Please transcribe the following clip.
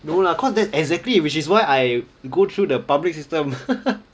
no lah cause that's exactly which is why I go through the public system